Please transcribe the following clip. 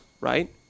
right